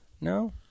No